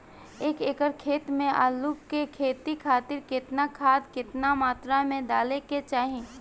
एक एकड़ खेत मे आलू के खेती खातिर केतना खाद केतना मात्रा मे डाले के चाही?